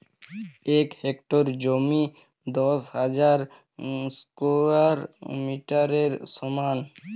এক হেক্টর জমি দশ হাজার স্কোয়ার মিটারের সমান